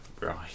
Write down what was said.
Right